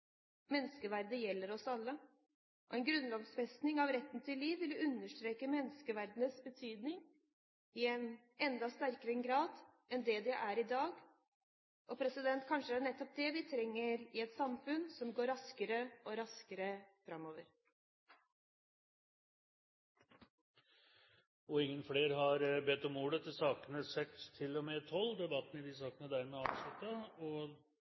gjelder oss alle. En grunnlovfesting av retten til liv ville understreket menneskeverdets betydning i enda sterkere grad enn det er i dag. Kanskje det nettopp er det vi trenger i et samfunn som går raskere og raskere framover. Flere har ikke bedt om ordet til sakene nr. 6–12. Da er Stortinget klar til å gå til votering. Det voteres over I